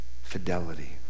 fidelity